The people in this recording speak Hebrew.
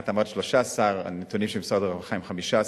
את אמרת 13, הנתונים של משרד הרווחה הם 15,